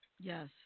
Yes